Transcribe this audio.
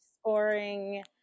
scoring